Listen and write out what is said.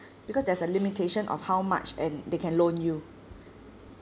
because there's a limitation of how much and they can loan you